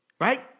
Right